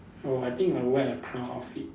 oh I think might wear a clown outfit